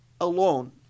alone